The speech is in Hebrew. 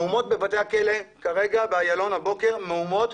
מהומות בבתי הכלא כרגע, באילון הבוקר, מהומות.